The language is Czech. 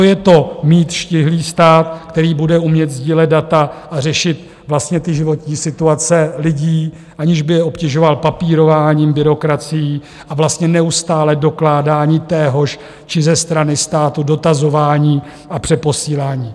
Jde o to, mít štíhlý stát, který bude umět sdílet data a řešit vlastně ty životní situace lidí, aniž by je obtěžoval papírováním, byrokracií a vlastně neustálým dokládáním téhož, či ze strany státu dotazováním a přeposíláním.